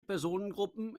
personengruppen